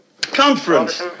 Conference